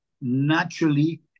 naturally